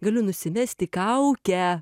galiu nusimesti kaukę